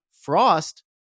Frost